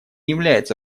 является